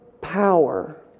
power